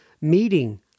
meeting